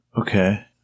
Okay